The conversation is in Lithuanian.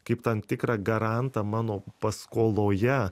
kaip tan tikrą garantą mano paskoloje